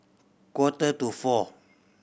quarter to four